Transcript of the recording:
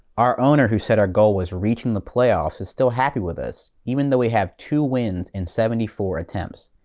our owner who said our goal was reaching the playoffs is still happy with us, even though we have two wins in seventy four attempts.